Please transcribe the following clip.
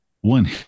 one